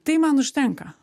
tai man užtenka